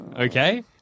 Okay